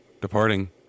Departing